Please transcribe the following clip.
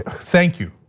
thank you,